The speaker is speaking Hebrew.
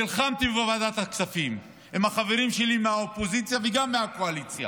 נלחמתי בוועדת הכספים עם החברים שלי מהאופוזיציה וגם מהקואליציה,